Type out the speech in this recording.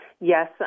Yes